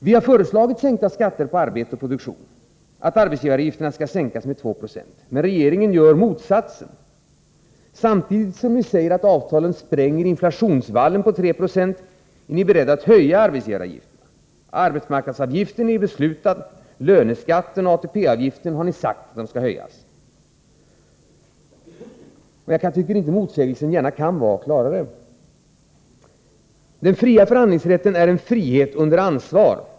Vi har föreslagit sänkta skatter på arbete och produktion samt att arbetsgivaravgifterna skall sänkas med två procentenheter. Men regeringen gör motsatsen. Samtidigt som ni säger att avtalen spränger inflationsvallen på 3 26, är ni beredda att höja arbetsgivaravgifterna. Arbetsmarknadsavgiften är redan beslutad, och löneskatten och ATP avgiften har ni sagt skall höjas. Jag tycker inte att motsägelsen gärna kan vara klarare. Den fria förhandlingsrätten är en frihet under ansvar.